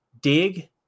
dig